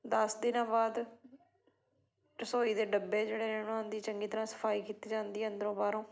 ਦਸ ਦਿਨਾਂ ਬਾਅਦ ਰਸੋਈ ਦੇ ਡੱਬੇ ਜਿਹੜੇ ਨੇ ਉਹਨਾਂ ਦੀ ਚੰਗੀ ਤਰ੍ਹਾਂ ਸਫਾਈ ਕੀਤੀ ਜਾਂਦੀ ਹੈ ਅੰਦਰੋਂ ਬਾਹਰੋਂ